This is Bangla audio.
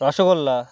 রসগোল্লা